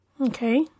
Okay